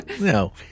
no